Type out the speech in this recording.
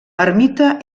ermita